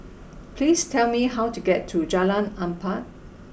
please tell me how to get to Jalan Empat